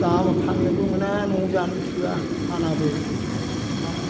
दा फान्नोबो मोना न'आव जानो थोआ फानाबो ना मा